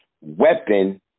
weapon